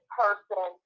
person